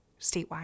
statewide